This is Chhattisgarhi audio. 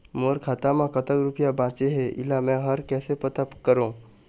मोर खाता म कतक रुपया बांचे हे, इला मैं हर कैसे पता करों?